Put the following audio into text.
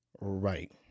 Right